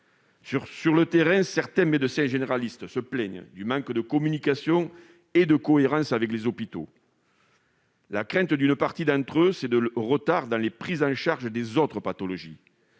Sur le terrain, certains médecins généralistes se plaignent du manque de communication et de cohérence avec les hôpitaux. Ils craignent des retards dans la prise en charge des autres pathologies.